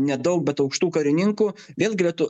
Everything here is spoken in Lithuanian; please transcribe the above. nedaug bet aukštų karininkų vėl gretu